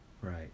Right